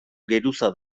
geruza